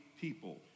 people